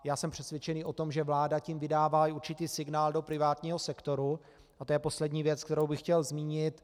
Já jsem přesvědčen o tom, že vláda tím vydává i určitý signál do privátního sektoru, a to je poslední věc, kterou bych chtěl zmínit.